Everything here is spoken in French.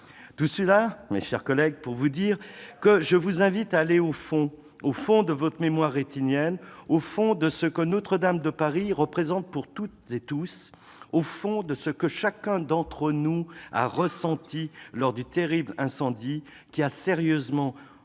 il tient lieu d'exception ! Bref, je vous invite à aller au fond : au fond de votre mémoire rétinienne, au fond de ce que Notre-Dame de Paris représente pour toutes et tous, au fond de ce que chacun d'entre nous a ressenti lors du terrible incendie qui a sérieusement endommagé